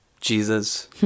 Jesus